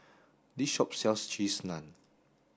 this shop sells cheese naan